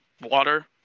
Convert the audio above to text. water